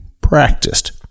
practiced